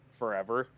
forever